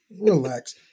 Relax